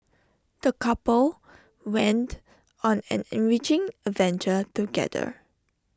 the couple went on an enriching adventure together